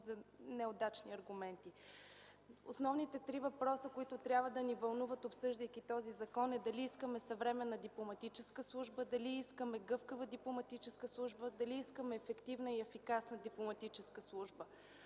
за неудачни аргументи. Основните три въпроса, които трябва да ни вълнуват, обсъждайки този закон, е дали искаме съвременна дипломатическа служба, дали искаме гъвкава дипломатическа служба, дали искаме ефективна и ефикасна дипломатическа служба.